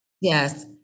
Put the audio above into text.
Yes